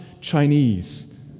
Chinese